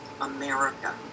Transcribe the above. America